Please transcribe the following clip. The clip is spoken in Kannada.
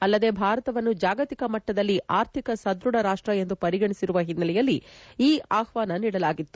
ಅಲ್ಲದೇ ಭಾರತವನ್ನು ಜಾಗತಿಕ ಮಟ್ಟದಲ್ಲಿ ಆರ್ಥಿಕ ಸದ್ಬಢ ರಾಷ್ಟ ಎಂದು ಪರಿಗಣಿಸಿರುವ ಹಿನ್ನೆಲೆಯಲ್ಲಿ ಈ ಆಷ್ವಾನ ನೀಡಲಾಗಿತ್ತು